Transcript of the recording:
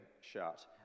shut